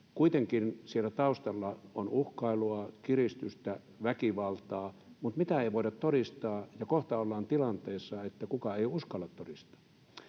että siellä taustalla on uhkailua, kiristystä, väkivaltaa — mutta mitään ei voida todistaa, ja kohta ollaan tilanteessa, että kukaan ei uskalla todistaa.